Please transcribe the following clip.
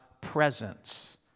presence